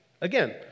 Again